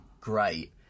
great